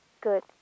Good